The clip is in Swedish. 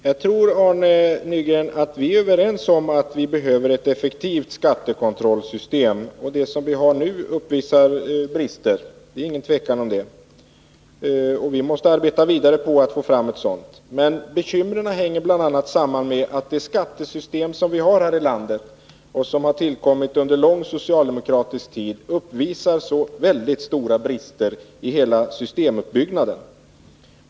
Fru talman! Jag tror att vi är överens om, Arne Nygren, att vi behöver ett effektivt skattekontrollsystem och att det vi har nu uppvisar brister. Det råder inget tvivel om det. Vi måste arbeta vidare på att få fram ett nytt system. Men bekymren hänger bl.a. samman med att det skattesystem vi har här i landet, som har tillkommit under en lång tid med socialdemokratisk regering, uppvisar mycket stora brister i hela sin uppbyggnad.